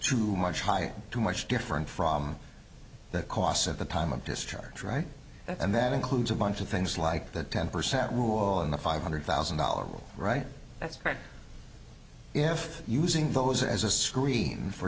too much higher too much different from that costs at the time of discharge right and that includes a bunch of things like that ten percent rule in the five hundred thousand dollar rule right that's right if using those as a screen for